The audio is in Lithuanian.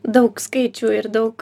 daug skaičių ir daug